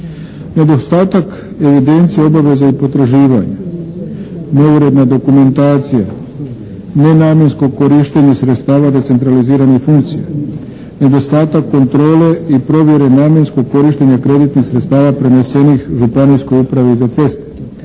Nedostatak evidencije obaveza i potraživanja, neuredna dokumentacija, nenamjensko korištenje sredstava decentraliziranih funkcija, nedostatak kontrole i provjere namjenskog korištenja kreditnih sredstava prenesenih županijskoj upravi za ceste,